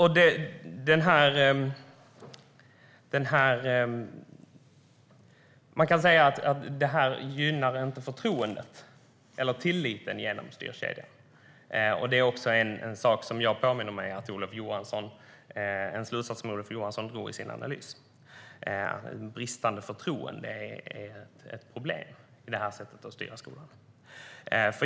Styrkedjan gynnar inte förtroendet eller tilliten. Det är en slutsats som jag vill minnas att Olof Johansson drog i sin analys. Bristande förtroende är ett problem med det här sättet att styra skolan.